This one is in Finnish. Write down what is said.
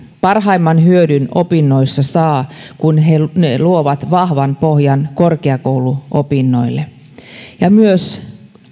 parhaimman hyödyn opinnoissa saa kun ne luovat vahvan pohjan korkeakouluopinnoille myös